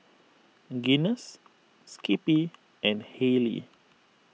Guinness Skippy and Haylee